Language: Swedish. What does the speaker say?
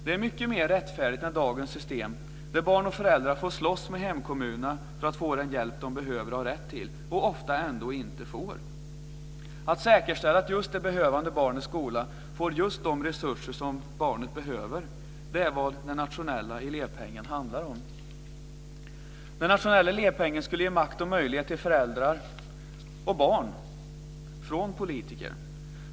Det är mycket mer rättfärdigt än dagens system, där barn och föräldrar får slåss med hemkommunerna för att få den hjälp som de behöver och har rätt till - och ofta ändå inte får. Att säkerställa att just det behövande barnets skola får precis de resurser som barnet behöver är vad den nationella elevpengen handlar om. Den nationella elevpengen skulle flytta över makt och valmöjlighet från politiker till föräldrar och barn.